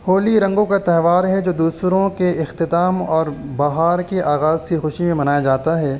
ہولی رنگوں کا تہوار ہے جو سردیوں کے اختتام اور بہار کے آغاز کی خوشی میں منایا جاتا ہے